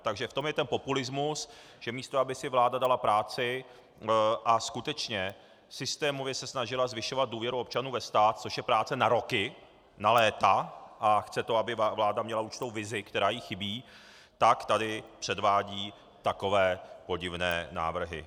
Takže v tom je ten populismus, že místo aby si vláda dala práci a skutečně systémově se snažila zvyšovat důvěru občanů ve stát, což je práce na roky, na léta, a chce to, aby vláda měla určitou vizi, která jí chybí, tak tady předvádí takové podivné návrhy.